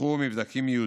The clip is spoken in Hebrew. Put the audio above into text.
פותחו מבדקים ייעודיים,